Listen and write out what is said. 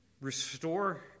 restore